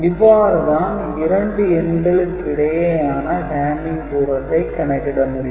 இவ்வாறு தான் இரண்டு எண்களுக்கு இடையேயான hamming தூரத்தை கணக்கிட வேண்டும்